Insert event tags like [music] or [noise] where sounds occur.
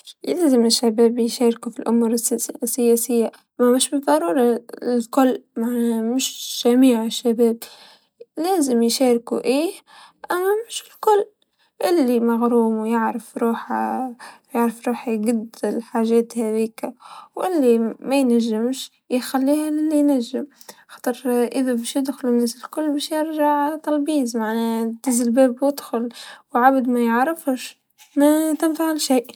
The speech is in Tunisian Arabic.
يلزم الشباب يشاركو في الأمور السيا-السياسيه يعني مش بالضروره الكل مش جميع الشباب، لازم يشاركو إيه أما مش الكل، إلي مغروم و عارف روحه، يعرف روحه يقد للحاجات هذيكا، و لمينجمش يخليها لينجم خاطر إذا باش يدخلو الناس الكل باش يرجع طلبيز معناه دز الباب و ادخل، و عبد ميعرفش ما [unintelligible] شيء.